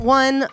one